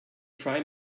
try